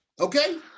Okay